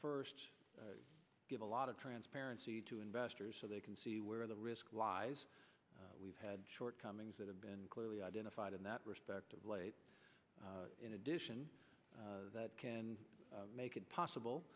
that give a lot of transparency to investors so they can see where the risk lies we've had shortcomings that have been clearly identified in that respect of late in addition that can make it possible